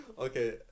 okay